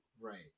Right